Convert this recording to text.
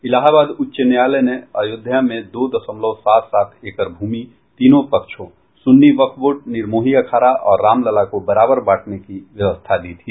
इलाहाबाद उच्च न्यायालय ने अयोध्या में दो दशमलव सात सात एकड़ भूमि तीनों पक्षों सुन्नी वक्फ बोर्ड निर्मोही अखाड़ा और रामलला को बराबर बराबर बांटने की व्यवस्था दी थी